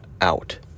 out